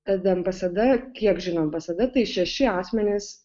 tad ambasada kiek žino ambasada tai šeši asmenys